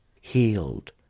healed